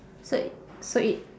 so so it~